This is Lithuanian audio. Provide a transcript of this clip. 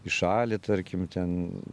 į šalį tarkim ten